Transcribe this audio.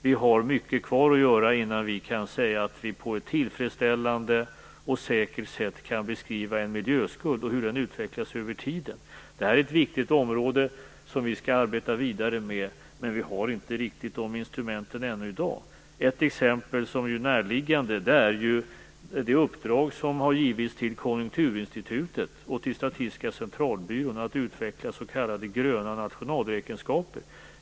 Vi har mycket kvar att göra innan vi kan säga att vi på ett tillfredsställande och säkert sätt kan beskriva en miljöskuld och hur den utvecklas över tiden. Detta är ett viktigt område som vi skall arbeta vidare med. Men vi har inte riktigt de instrumenten i dag. Ett exempel som är närliggande är det uppdrag som har givits till Konjunkturinstitutet och till Statistiska centralbyrån att utveckla s.k. gröna nationalräkenskaper.